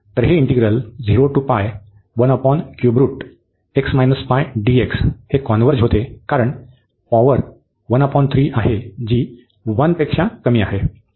तर हे इंटिग्रल हे कॉन्व्हर्ज होते कारण पॉवर आहे जी 1 पेक्षा कमी आहे